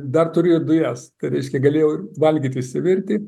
dar turiu ir dujas tai reiškia galėjau valgyt išsivirti